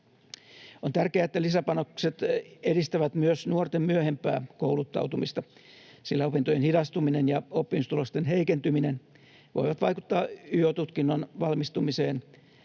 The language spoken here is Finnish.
On tärkeää, että lisäpanokset edistävät myös nuorten myöhempää kouluttautumista, sillä opintojen hidastuminen ja oppimistulosten heikentyminen voivat vaikuttaa yo-tutkinnon valmistumiseen